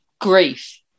Grief